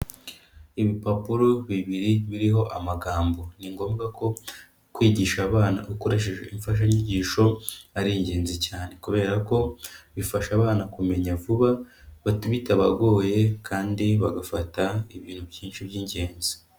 Ibipapuro bibiri biriho amagambo, ni ngombwa ko kwigisha abana ukoresheje imfashanyigisho ari ingenzi cyane, kubera ko bifasha abana kumenya vuba bitabagoye kandi bagafata ibintu byinshi by'ingenzi.